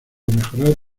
mejorar